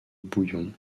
bouillon